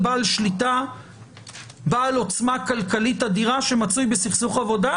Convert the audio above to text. שאנשים מנסים להפגין מול בעל שליטה של חברה בסכסוך עבודה,